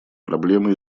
проблемы